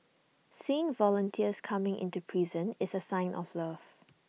seeing volunteers coming into prison is A sign of love